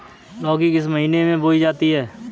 लौकी किस महीने में बोई जाती है?